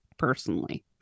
personally